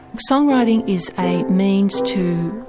songwriting is a means to